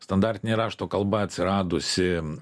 standartinė rašto kalba atsiradusi